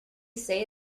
say